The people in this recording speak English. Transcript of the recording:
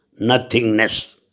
nothingness